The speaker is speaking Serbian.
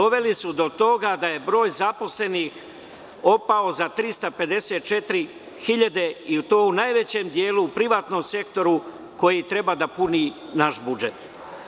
doveli su do toga da je broj zaposlenih opao za 354 hiljade, i to u najvećem delu u privatnom sektoru, koji treba da puni naš budžet.